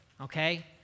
okay